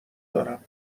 دارم